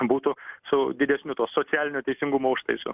būtų su didesniu to socialinio teisingumo užtaisu